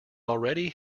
already